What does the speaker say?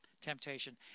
temptation